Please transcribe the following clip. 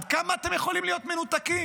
עד כמה אתם יכולים להיות מנותקים?